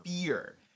fear